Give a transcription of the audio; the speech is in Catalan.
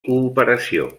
cooperació